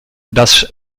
das